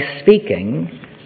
speaking